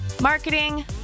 marketing